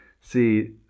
see